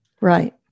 right